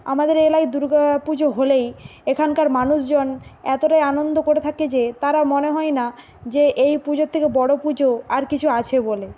আমাদের এই এলাকায় দুর্গা পুজো হলেই এখানকার মানুষজন এতটাই আনন্দ করে থাকে যে তারা মনে হয় না যে এই পুজোর থেকে বড়ো পুজো আর কিছু আছে বলে